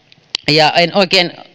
ja en oikein